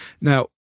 now